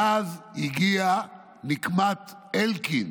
ואז הגיעה נקמת אלקין.